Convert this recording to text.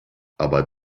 aber